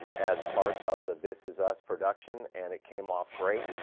as part of the this is us production, and it came off great.